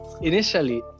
initially